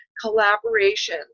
collaboration